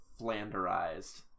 flanderized